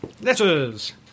Letters